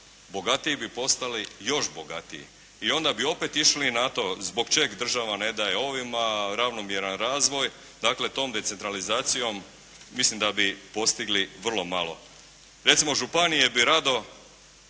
bogatiji bi postali još bogatiji i onda bi opet išli na to zbog čega država ne daje ovima, ravnomjeran razvoj. Dakle tom decentralizacijom mislim da bi postigli vrlo malo. Recimo županije bi rado